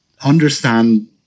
understand